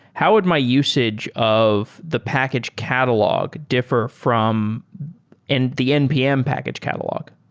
how would my usage of the package catalog differ from and the npm package catalog?